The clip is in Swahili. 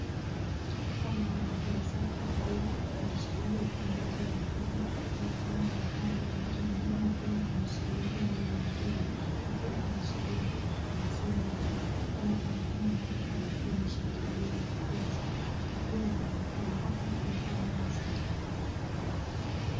Hapa naona pesa ambayo kuna shilingi elfu moja ya Kenya, kuna pia mia tano ya Kenya na pia kuna shilingi mia ya Kenya na pia kuna shilingi hamsini ya Kenya. Kuna kamkono ambayo imeshikilia pesa na pia yanaonekana hapa ni kwa meza.